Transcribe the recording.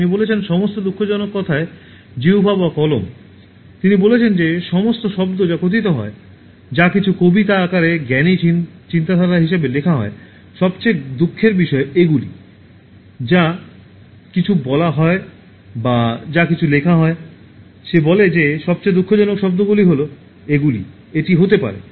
তিনি বলেছেন সমস্ত দুঃখজনক কথায় জিহ্বা বা কলম তিনি বলেছেন যে সমস্ত শব্দ যা কথিত হয় যা কিছু কবিতা আকারে জ্ঞানী চিন্তাধারা হিসাবে লেখা হয় সবচেয়ে দুঃখের বিষয় এগুলি যা কিছু বলা হয় বা যা কিছু লেখা হয় সে বলে যে সবচেয়ে দুঃখজনক শব্দগুলি হল এগুলি এটি হতে পারে